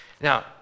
Now